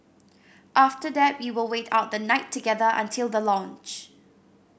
after that we will wait out the night together until the launch